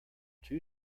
two